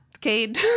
Cade